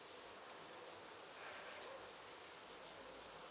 one person